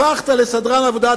הפכת לסדרן עבודה.